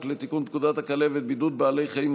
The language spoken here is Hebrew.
לתיקון פקודת הכלבת (בידוד בעלי חיים),